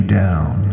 down